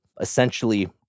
essentially